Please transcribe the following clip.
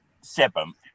seventh